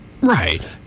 Right